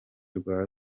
rwa